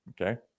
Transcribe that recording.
Okay